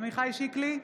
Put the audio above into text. עמיחי שיקלי,